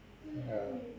ya